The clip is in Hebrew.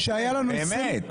באמת.